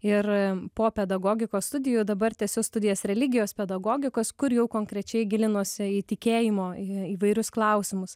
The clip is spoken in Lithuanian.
ir po pedagogikos studijų dabar tęsiu studijas religijos pedagogikos kur jau konkrečiai gilinuosi į tikėjimo įvairius klausimus